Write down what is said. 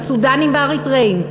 הסודאנים והאריתריאים,